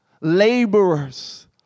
laborers